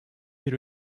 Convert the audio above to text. bir